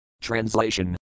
Translation